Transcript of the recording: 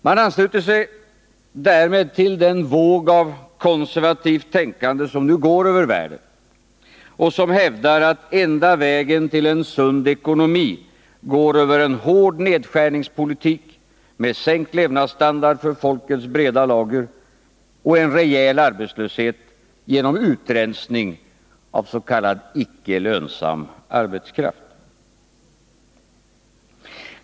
Man ansluter sig därmed till den våg av konservativt tänkande som nu går över världen och som hävdar att den enda vägen till en sund ekonomi går över en hård nedskärningspolitik, med sänkt levnadsstandard för folkets breda lager och en rejäl arbetslöshet genom utrensning av s.k. icke lönsam arbetskraft.